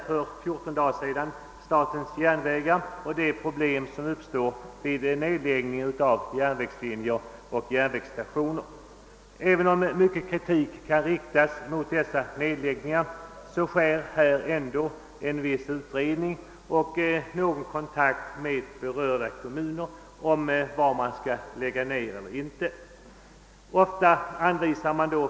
För fjorton dagar sedan diskuterade vi statens järnvägar och de problem som uppstår vid nedläggning av järnvägslinjer och järnvägsstationer. Även om mycken kritik kan riktas mot dessa nedläggningar förekommer ändå en viss utredning och kontakt med berörda kommuner om vad som skall respektive inte skall läggas ned.